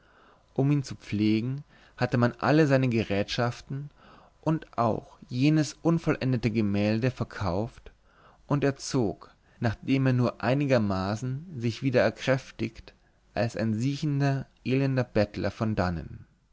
um ihn zu pflegen hatte man alle seine gerätschaften und auch jenes unvollendete gemälde verkauft und er zog nachdem er nur einigermaßen sich wieder erkräftigt als ein siecher elender bettler von dannen